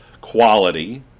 quality